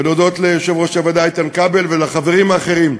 ולהודות ליושב-ראש הוועדה איתן כבל ולחברים האחרים.